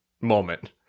moment